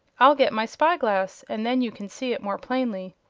i'll get my spy-glass, and then you can see it more plainly.